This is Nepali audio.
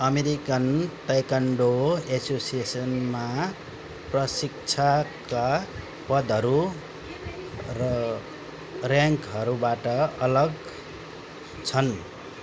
अमेरिकन ताइक्वान्डो एसोसिएसनमा प्रशिक्षकका पदहरू र र्याङ्कहरूबाट अलग छन्